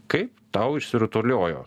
kai tau išsirutuliojo